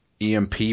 EMP